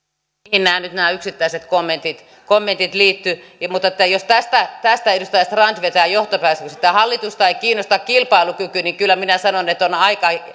en tiedä mihin nämä yksittäiset kommentit nyt liittyivät mutta jos tästä tästä edustaja strand vetää sen johtopäätöksen että hallitusta ei kiinnosta kilpailukyky niin kyllä minä sanon että aika